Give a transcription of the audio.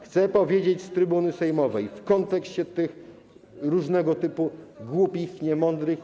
Chcę powiedzieć z trybuny sejmowej, w kontekście tych różnego typu głupich, niemądrych.